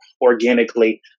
organically